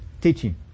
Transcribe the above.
teaching